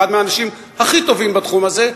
אחד מהאנשים הכי טובים בתחום הזה,